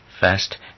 First